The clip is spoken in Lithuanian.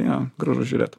jo gražu žiūrėt